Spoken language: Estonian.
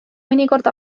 mõnikord